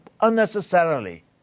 unnecessarily